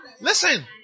Listen